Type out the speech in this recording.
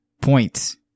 points